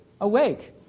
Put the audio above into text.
awake